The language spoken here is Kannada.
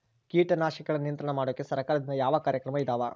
ಕೇಟನಾಶಕಗಳ ನಿಯಂತ್ರಣ ಮಾಡೋಕೆ ಸರಕಾರದಿಂದ ಯಾವ ಕಾರ್ಯಕ್ರಮ ಇದಾವ?